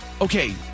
okay